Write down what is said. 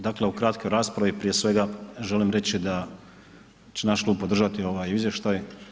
Dakle, u kratkoj raspravi prije svega želim reći da će naš klub podržati ovaj izvještaj.